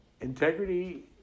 integrity